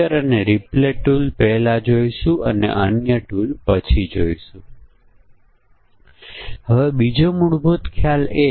ચાલો આપણે આ સમસ્યા જોઈએ અને પછી તેને કારણ અસર ગ્રાફના રૂપમાં રજૂ કરવાનો પ્રયાસ કરીએ